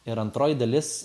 ir antroji dalis